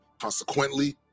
Consequently